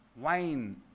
wine